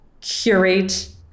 curate